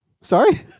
Sorry